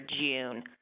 June